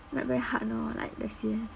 like very hard lor like the C_S